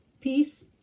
Peace